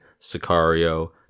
Sicario